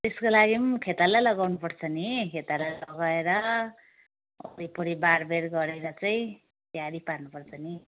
त्यसका लागि पनि खेताला लगाउनुपर्छ नि खेतला लगाएर वरिपरि बारबेर गरेर चाहिँ तैयारी पार्नुपर्छ नि